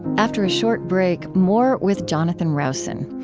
after a short break, more with jonathan rowson.